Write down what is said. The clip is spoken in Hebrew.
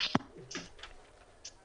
לא